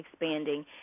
expanding